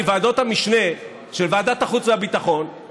מוועדות המשנה של ועדת החוץ והביטחון,